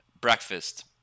breakfast